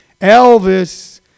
Elvis